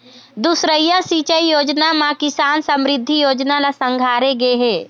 दुसरइया सिंचई योजना म किसान समरिद्धि योजना ल संघारे गे हे